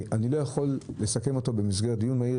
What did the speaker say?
אני לא יכול לסכם אותו במסגרת של דיון מהיר,